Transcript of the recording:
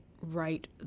write